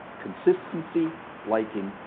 consistency, liking,